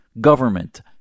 government